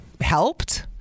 helped